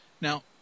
Now